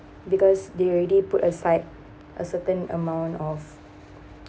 because they already put aside a certain amount of